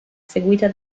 seguita